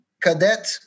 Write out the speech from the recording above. cadet